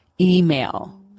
email